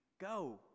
go